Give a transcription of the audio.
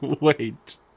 wait